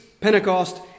Pentecost